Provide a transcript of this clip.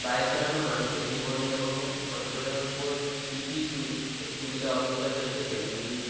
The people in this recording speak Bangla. বাইক চালানো মানুষের জীবনে এবং সম্প্রদায়ের উপর কী কী সুবিধা অসুবিধা ফেলেছে সেগুলি